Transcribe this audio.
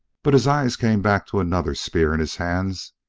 but his eyes came back to another spear in his hands,